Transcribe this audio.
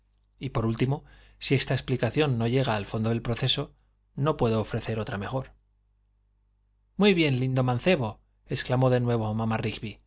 y por último si esta explicación no llega al fondo del proceso no puedo ofrecer otra mejor muy bien lindo mancebo exclamó de nuevo mamá